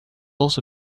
also